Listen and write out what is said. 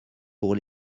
pour